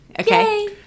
Okay